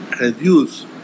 reduce